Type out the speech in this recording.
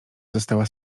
została